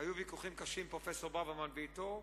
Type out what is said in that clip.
היו ויכוחים קשים עם פרופסור ברוורמן ואתו,